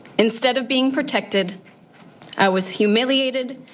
instead of being protected i was humiliated,